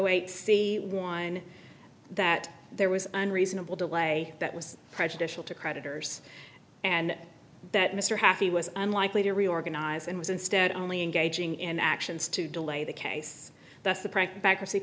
c one that there was an unreasonable delay that was prejudicial to creditors and that mr happy was unlikely to reorganize and was instead only engaging in actions to delay the case that's the price bankruptcy